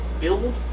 build